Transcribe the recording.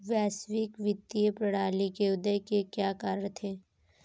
वैश्विक वित्तीय प्रणाली के उदय के क्या कारण थे?